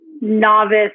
novice